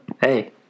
Hey